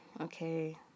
Okay